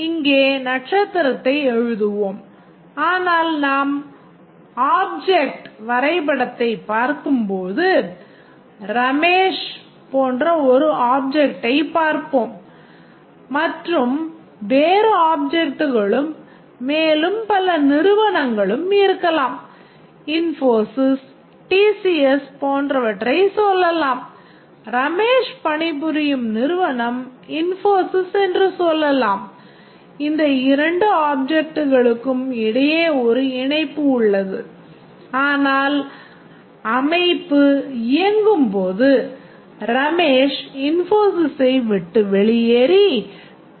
இங்கே நட்சத்திரத்தை எழுதுவோம் ஆனால் நாம் ஆப்ஜெக்ட் இடையே ஒரு இணைப்பு உள்ளது ஆனால் அமைப்பு இயங்கும்போது ரமேஷ் இன்போசிஸை விட்டு வெளியேறி டி